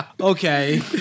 Okay